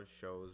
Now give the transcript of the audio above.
shows